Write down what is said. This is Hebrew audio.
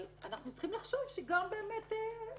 אבל אנחנו צריכים לחשוב שיש מקום